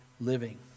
living